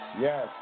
yes